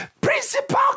principal